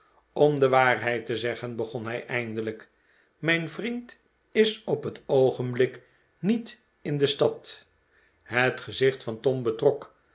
om de waarheid te zeggen begon hij eindelijk mijn vriend is op het oogenblik niet in de stad het gezicht van tom betrok